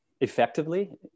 effectively